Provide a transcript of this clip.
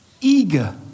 eager